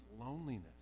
loneliness